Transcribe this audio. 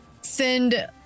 send